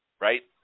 right